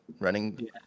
running